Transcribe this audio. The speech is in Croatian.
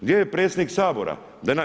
Gdje je predsjednik Sabora?